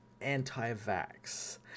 anti-vax